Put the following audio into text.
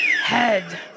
head